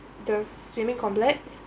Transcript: the swimming complex